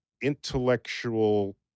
intellectual